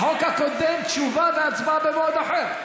החוק הקודם, תשובה והצבעה במועד אחר.